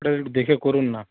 ওটা একটু দেখে করুন না